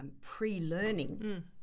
pre-learning